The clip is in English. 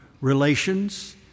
relations